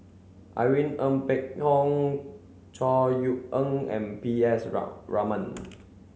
Irene Ng Phek Hoong Chor Yeok Eng and P S Raman